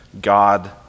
god